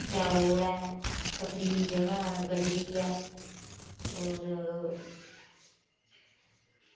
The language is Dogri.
कच्चा रोड़ ऐ पथरीली जगाह् बज़री ऐ और